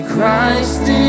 Christ